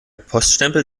poststempel